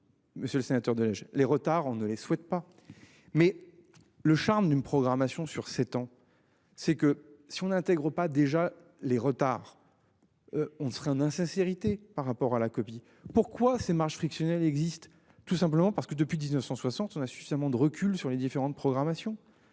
Monsieur le sénateur, de l'âge, les retards, on ne les souhaite pas mais le charme d'une programmation sur 7 ans. C'est que si on intègre pas déjà les retards. On fera un insincérité par rapport à la copie. Pourquoi ces marges frictionnel existe tout simplement parce que depuis 1960 on a suffisamment de recul sur les différentes programmations.